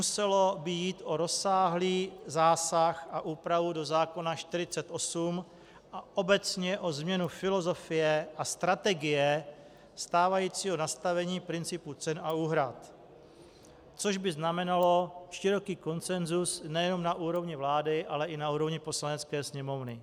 Muselo by jít o rozsáhlý zásah a úpravu do zákona 48 a obecně o změnu filozofie a strategie stávajícího nastavení principu cen a úhrad, což by znamenalo široký konsenzus nejenom na úrovni vlády, ale i na úrovni Poslanecké sněmovny.